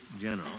General